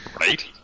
Right